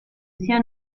sia